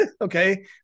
Okay